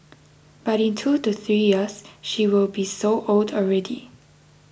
but in two to three years she will be so old already